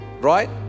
Right